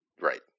Right